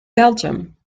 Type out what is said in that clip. belgium